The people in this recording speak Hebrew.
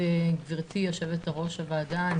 גברתי יושבת-ראש הוועדה,